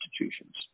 institutions